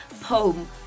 poem